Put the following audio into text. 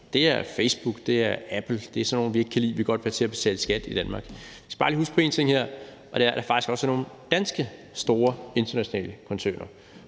det er Apple, det er sådan nogle, vi ikke kan lide, og som vi godt vil have til at betale skat i Danmark. Vi skal bare lige huske på en ting her, og det er, at der faktisk også er nogle danske store internationale koncerner,